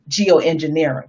geoengineering